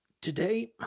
today